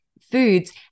foods